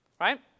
right